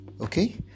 okay